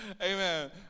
amen